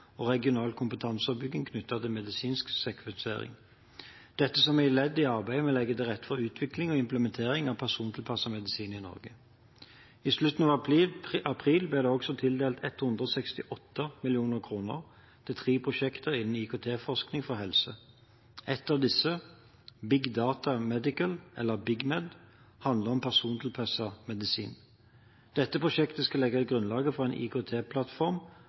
og regional kompetansebygging knyttet til medisinsk sekvensering – dette som et ledd i arbeidet med å legge til rette for utvikling og implementering av persontilpasset medisin i Norge. I slutten av april ble det tildelt 168 mill. kr til tre prosjekter innen IKT-forskning for helse. Ett av disse – BIG data MEDical, eller BIGMED – handler om persontilpasset medisin. Dette prosjektet skal legge grunnlaget for en